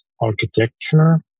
architecture